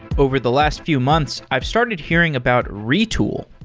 over the last few months, i've started hearing about retool.